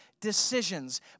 decisions